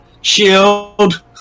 Shield